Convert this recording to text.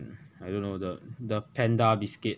I don't know the the panda biscuit